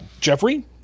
Jeffrey